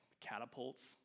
catapults